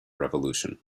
revolution